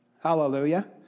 hallelujah